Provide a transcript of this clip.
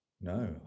no